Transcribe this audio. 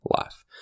life